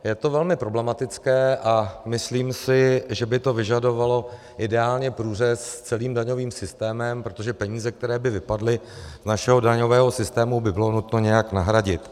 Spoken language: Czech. Je to velmi problematické a myslím si, že by to vyžadovalo ideálně průřez celým daňovým systémem, protože peníze, které by vypadly z našeho daňového systému, by bylo nutno nějak nahradit.